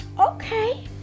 Okay